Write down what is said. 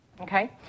okay